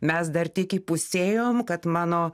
mes dar tik įpusėjom kad mano